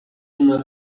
una